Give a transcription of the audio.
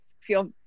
feel